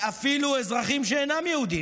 ואפילו אזרחים שאינם יהודים,